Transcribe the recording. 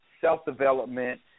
self-development